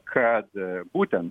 kad būtent